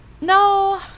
No